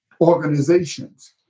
organizations